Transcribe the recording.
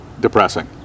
depressing